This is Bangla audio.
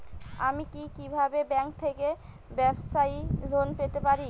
আমি কি কিভাবে ব্যাংক থেকে ব্যবসায়ী লোন পেতে পারি?